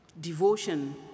devotion